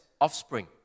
offspring